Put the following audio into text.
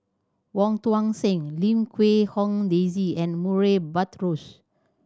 Wong Tuang Seng Lim Quee Hong Daisy and Murray Buttrose